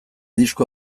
disko